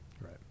Right